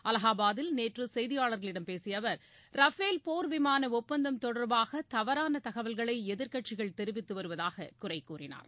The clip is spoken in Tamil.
அலகாபாத்தில் நேற்று செய்தியாளர்களிடம் பேசிய அவர் ரபேல் போர் விமான ஒப்பந்தம் தொடர்பாக தவறான தகவல்களை எதிர்க்கட்சிகள் தெரிவித்து வருவதாகவும் அவர் குறை கூறினார்